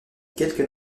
quelques